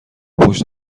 پشت